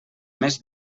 més